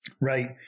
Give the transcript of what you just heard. right